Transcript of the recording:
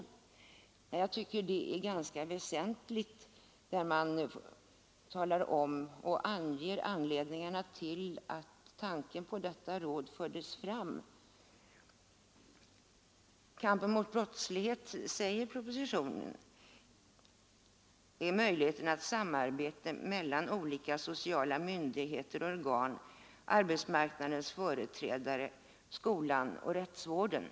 Man redovisar där anledningarna till att tanken på detta råd lades fram och framhåller bl.a. att en väsentlig fråga i kampen mot brottsligheten är möjligheterna till samarbete mellan olika myndigheter och organ, arbetsmarknadens företrädare, skolan och rättsvården.